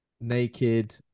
naked